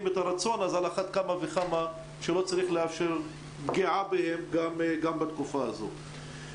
את הרצון ולכן על אחת כמה וכמה לא צריך לאפשר פגיעה בהם בתקופה הזאת.